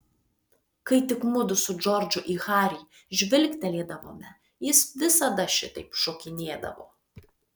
kai tik mudu su džordžu į harį žvilgtelėdavome jis visada šitaip šokinėdavo